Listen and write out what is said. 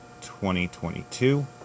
2022